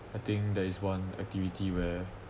I think that is one activity where